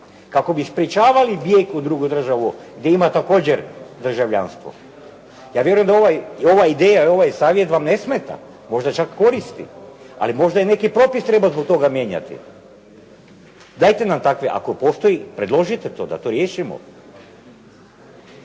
kako bi sprečavali bijeg u drugu državu gdje ima također državljanstvo. Ja vjerujem da ova ideja i ovaj savjet vam ne smeta, možda čak koristi. Ali možda i neki propis treba zbog toga mijenjati. Dajte nam takve ako postoji, predložite to da to riješimo.